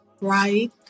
right